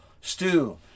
Stew